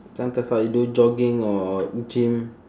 sometimes what you do jogging or gym